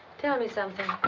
tell me something.